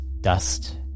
dust